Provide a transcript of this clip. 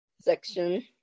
section